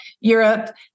Europe